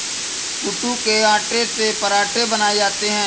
कूटू के आटे से पराठे बनाये जाते है